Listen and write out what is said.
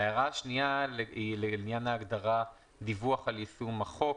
ההערה השנייה היא לעניין ההגדרה "דיווח על יישום החוק".